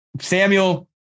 Samuel